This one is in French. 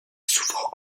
souvent